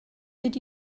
did